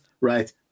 right